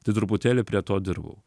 tai truputėlį prie to dirbau